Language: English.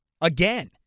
Again